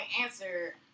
answer